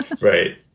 right